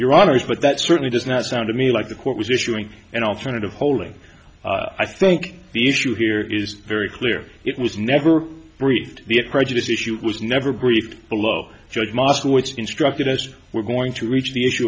your honor's but that certainly does not sound to me like the court was issuing an alternative holding i think the issue here is very clear it was never breathed it prejudice issue was never briefed below judge moscowitz instructed us we're going to reach the issue